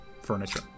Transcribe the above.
furniture